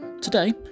Today